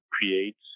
create